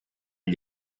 gli